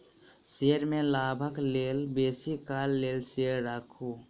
share में लाभक लेल बेसी काल लेल शेयर राखू